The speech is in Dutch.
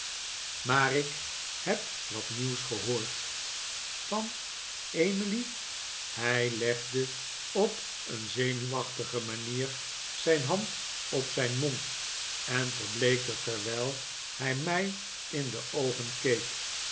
maar ik heb wat nieuws gehoord van emily hij legde op een zenuwachtige manier zijn hand op zijn mond en verbleekte terwijl hij mij in de oogen